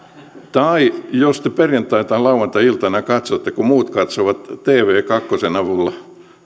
tai jos te perjantai tai lauantai iltana katsotte kun muut katsovat tv kahden avulla